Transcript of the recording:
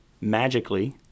magically